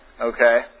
Okay